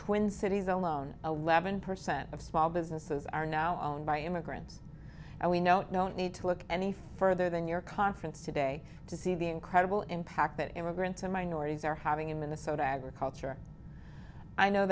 twin cities alone eleven percent of small businesses are now owned by immigrants and we know no need to look any further than your conference today to see the incredible impact that immigrants and minorities are having in minnesota agriculture i know